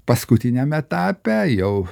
paskutiniame etape jau